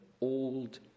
old